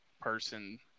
person